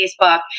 Facebook